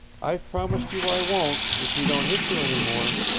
i've promised you i won't if he don't hit you any more.